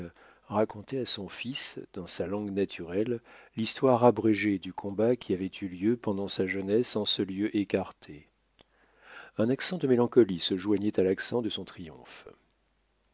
racontait à son fils dans sa langue naturelle l'histoire abrégée du combat qui avait eu lieu pendant sa jeunesse en ce lieu écarté un accent de mélancolie se joignait à l'accent de son triomphe